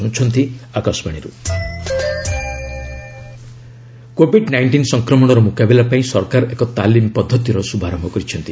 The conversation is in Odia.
ଗଭ୍ ଆଇ ଗଟ୍ କୋଭିଡ୍ ନାଇଷ୍ଟିନ୍ ସଂକ୍ରମଣର ମୁକାବିଲା ପାଇଁ ସରକାର ଏକ ତାଲିମ ପଦ୍ଧତିର ଶୁଭାରମ୍ଭ କରିଛନ୍ତି